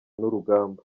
n’urugamba